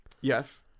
Yes